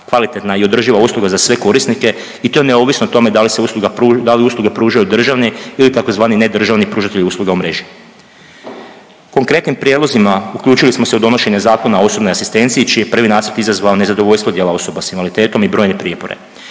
kvalitetna i održiva usluga za sve korisnike i to neovisno o tome da se usluga pruž… da li usluge pružaju državni ili tzv. nedržavni pružatelji usluga u mreži. Konkretnim prijedlozima uključili smo se u donošenje Zakona o osobnoj asistenciji čiji je prvi nacrt izazvao nezadovoljstvo dijela osoba s invaliditetom i brojne prijepore.